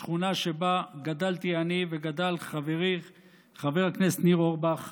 השכונה שבה גדלתי אני וגדל חברי חבר הכנסת ניר אורבך,